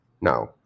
now